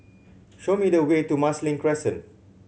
show me the way to Marsiling Crescent